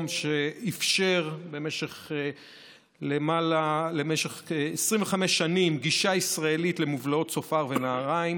שאפשר במשך 25 שנים גישה ישראלית למובלעות צופר ונהריים,